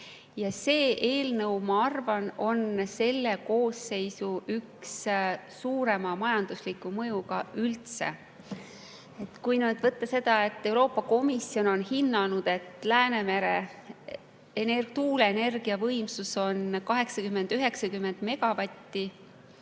See eelnõu, ma arvan, on selle koosseisu üks suurema majandusliku mõjuga eelnõusid üldse. Euroopa Komisjon on hinnanud, et Läänemere tuuleenergia võimsus on 80–90 gigavatti